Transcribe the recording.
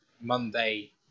Monday